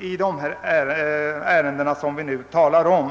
i de ärenden som vi nu behandlar?